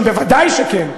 בוודאי שכן.